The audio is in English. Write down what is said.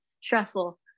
stressful